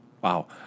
wow